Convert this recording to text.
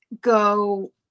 go